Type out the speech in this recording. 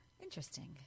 interesting